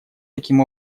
таким